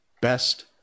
Best